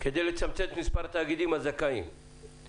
כדי לצמצם את מספר התאגידים הזכאים,